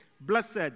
Blessed